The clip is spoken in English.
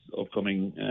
upcoming